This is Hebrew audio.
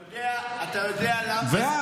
אתה יודע למה,